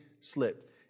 slipped